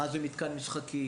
מהו מתקן משחקים?